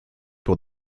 pour